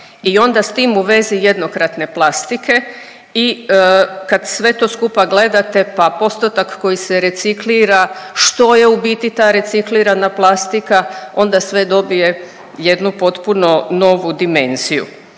i onda s tim u vezi jednokratne plastike i kad sve to skupa gledate pa postotak koji se reciklira što je u biti ta reciklirana plastika, onda sve dobije jednu potpuno novu dimenziju.